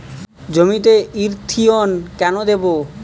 জমিতে ইরথিয়ন কেন দেবো?